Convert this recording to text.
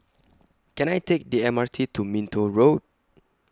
Can I Take The M R T to Minto Road